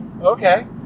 okay